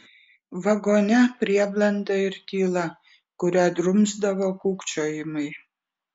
vagone prieblanda ir tyla kurią drumsdavo kūkčiojimai